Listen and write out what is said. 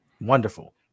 wonderful